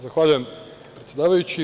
Zahvaljujem predsedavajući.